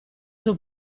suo